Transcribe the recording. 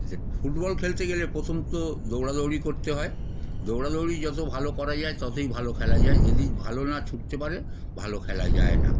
আচ্ছা ফুটবল খেলতে গেলে প্রথম তো দৌড়াদৌড়ি করতে হয় দৌড়াদৌড়ি যত ভালো করা যায় ততই ভালো খেলা যায় যদি ভালো না ছুটতে পারে ভালো খেলা যায় না